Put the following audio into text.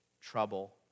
trouble